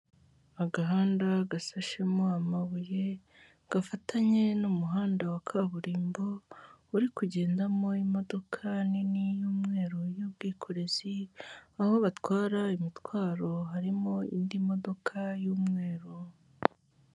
Agahanda gasashemo amabuye gafatanye n'umuhanda wa kaburimbo, uri kugendamo imodoka nini y'umweru y'ubwikorezi, aho batwara imitwaro harimo indi modoka y'umweru.